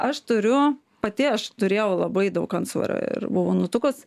aš turiu pati aš turėjau labai daug antsvorio ir buvau nutukus